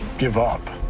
give up?